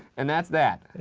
and that's that.